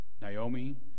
Naomi